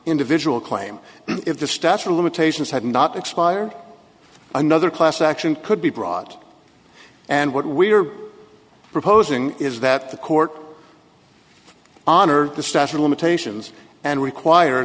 individual claim if the statute of limitations had not expired another class action could be brought and what we are proposing is that the court honor the statute of limitations and require